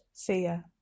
fear